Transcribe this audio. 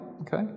Okay